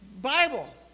Bible